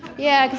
yeah,